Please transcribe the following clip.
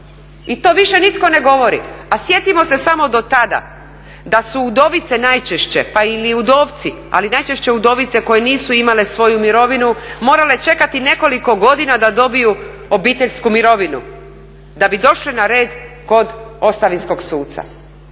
I to više nitko ne govori. A sjetimo se samo dotada da su udovice najčešće pa i ili udovci ali najčešće udovice koje nisu imale svoju mirovinu morale čekati nekoliko godina da dobiju obiteljsku mirovinu da bi došle na red kod ostavinskog suca.